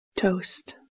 toast